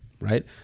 Right